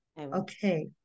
Okay